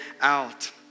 out